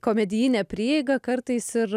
komedijinę prieigą kartais ir